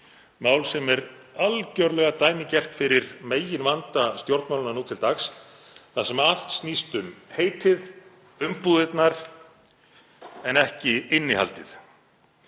mál sem er algerlega dæmigert fyrir meginvanda stjórnmálanna nú til dags þar sem allt snýst um heitið, umbúðirnar en ekki innihaldið.